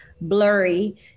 blurry